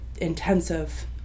intensive